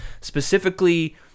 specifically